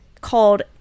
called